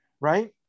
Right